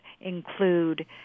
include